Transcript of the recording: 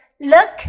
Look